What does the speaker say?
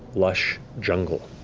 lush jungle,